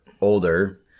older